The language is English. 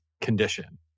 condition